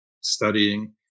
studying